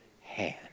hand